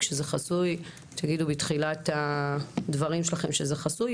כשזה חסוי תגידו בתחילת הדברים שלכם שזה חסוי.